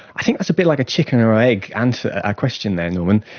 i think it's a bit like a chicken or egg and ah question there norman.